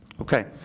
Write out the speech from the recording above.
Okay